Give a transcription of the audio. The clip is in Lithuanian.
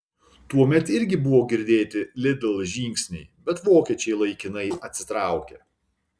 tuomet irgi buvo girdėti lidl žingsniai bet vokiečiai laikinai atsitraukė